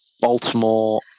Baltimore